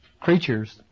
creatures